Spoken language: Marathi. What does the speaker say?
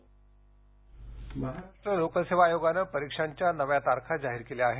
राज्यसेवा पर्व परिक्षा महाराष्ट्र लोकसेवा आयोगानं परीक्षांच्या नव्या तारखा जाहीर केल्या आहेत